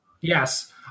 Yes